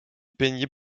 peignait